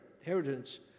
inheritance